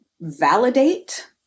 validate